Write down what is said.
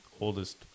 oldest